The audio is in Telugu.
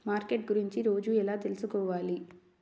మార్కెట్ గురించి రోజు ఎలా తెలుసుకోవాలి?